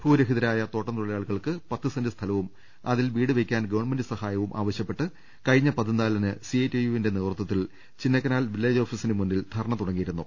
ഭൂരഹിതരായ തോട്ടം തൊഴിലാളികൾക്ക് പത്തു സെന്റ് സ്ഥലവും അതിൽ വീട് വെക്കാൻ ഗവൺമെന്റ് സഹായവും ആവശ്യപ്പെട്ട് കഴിഞ്ഞ പതിനാലിന് സിഐടിയു നേതൃത്തിൽ ചിന്നക്കനാൽ വില്ലേജ് ഓഫീസിന് മുമ്പിൽ ധർണ്ണ തുടങ്ങി യിരുന്നു